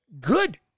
good